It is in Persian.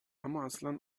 امااصلا